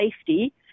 safety